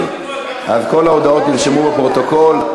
אז כל ההודעות נרשמו בפרוטוקול.